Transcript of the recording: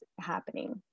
happening